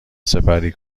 سپری